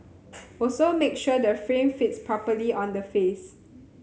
also make sure the frame fits properly on the face